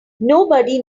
nobody